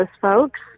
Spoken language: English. folks